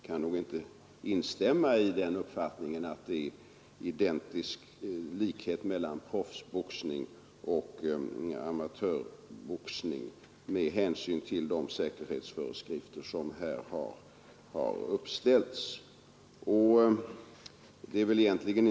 Jag kan inte instämma i att det föreligger identisk likhet mellan proffsboxning och amatörboxning, med hänsyn till de föreskrifter som uppställts för amatörboxningen.